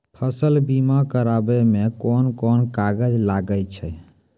फसल बीमा कराबै मे कौन कोन कागज लागै छै?